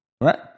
right